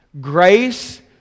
Grace